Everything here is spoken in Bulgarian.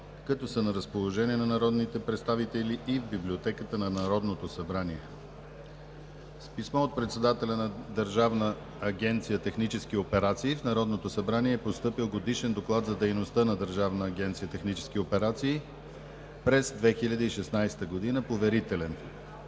като са на разположение на народните представители и в Библиотеката на Народното събрание. С писмо от председателя на Държавна агенция „Технически операции“ в Народното събрание е постъпил Годишен доклад за дейността на Държавна агенция „Технически операции“ през 2016 г., поверителен.